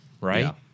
right